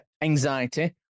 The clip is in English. anxiety